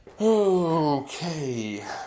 Okay